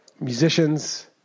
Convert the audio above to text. musicians